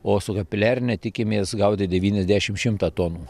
o su kapiliarine tikimės gauti devyniasdešim šimtą tonų